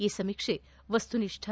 ಈ ಸಮೀಕ್ಷೆ ವಸ್ತುನಿಷ್ಠ